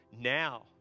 now